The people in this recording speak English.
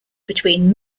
between